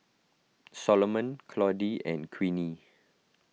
Salomon Claudie and Queenie